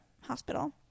hospital